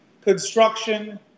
construction